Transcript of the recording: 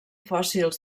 fòssils